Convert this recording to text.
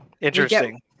interesting